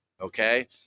okay